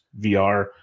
VR